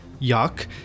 Yuck